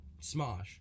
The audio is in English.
Smosh